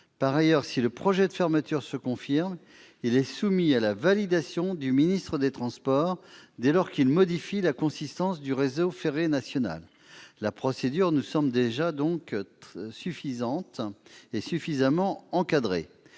Par ailleurs, si le projet de fermeture se confirme, il est soumis à la validation du ministre des transports dès lors qu'il modifie la consistance du réseau ferré national. La procédure nous semble déjà suffisamment encadrée.